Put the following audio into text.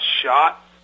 shot